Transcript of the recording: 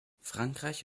frankreich